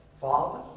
father